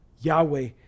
Yahweh